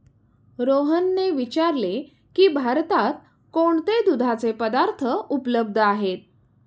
रोहनने विचारले की भारतात कोणते दुधाचे पदार्थ उपलब्ध आहेत?